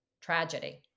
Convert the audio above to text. tragedy